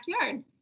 backyard